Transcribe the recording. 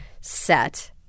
set